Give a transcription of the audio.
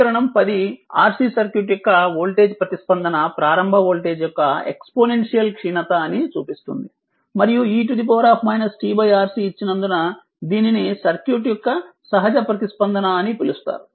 సమీకరణం 10 RC circuit యొక్క voltage ప్రతిస్పందన ప్రారంభ వోల్టేజ్ యొక్క ఎక్స్పోనెన్షియల్ క్షీనత అని చూపిస్తుంది మరియు e tRC ఇచ్చినందున దీనిని సర్క్యూట్ యొక్క సహజ ప్రతిస్పందన అని పిలుస్తారు